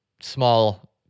small